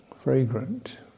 fragrant